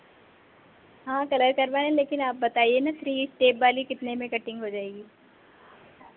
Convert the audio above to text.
हाँ कलर करवाना लेकिन आप बताइए ना थ्री स्टेप वाली कितने में कटिंग हो जाएगी